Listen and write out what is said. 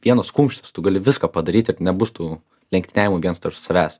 vienas kumštis tu gali viską padaryti ir nebus tų lenktyniavimų viens tarp savęs